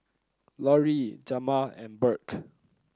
Lori Jamar and Burke